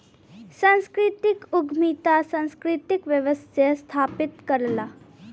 सांस्कृतिक उद्यमिता सांस्कृतिक व्यवसाय स्थापित करला